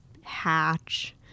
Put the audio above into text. hatch